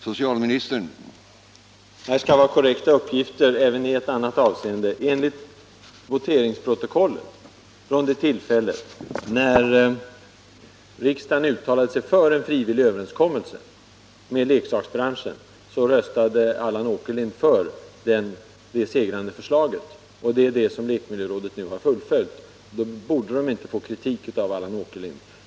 Herr talman! Här skall vara korrekta uppgifter även i ett annat avseende. För det första: Enligt voteringsprotokollet från det tillfälle då riksdagen uttalade sig för en frivillig överenskommelse med leksaksbranschen röstade Allan Åkerlind för det segrande förslaget, och det är det som lekmiljörådet nu har fullföljt. Därför borde rådet inte få kritik av Allan Åkerlind.